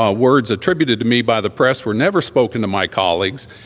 ah words attributed to me by the press were never spoken to my colleagues.